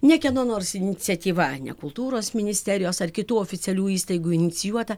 ne kieno nors iniciatyva ne kultūros ministerijos ar kitų oficialių įstaigų inicijuota